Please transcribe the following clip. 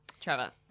Trevor